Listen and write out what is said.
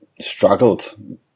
struggled